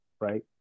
right